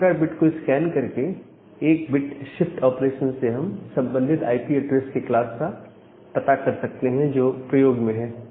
इस प्रकार बिट्स को स्कैन करके एक बिट शिफ्ट ऑपरेशन से हम संबंधित आईपी एड्रेस के क्लास का पता कर सकते हैं जो प्रयोग में है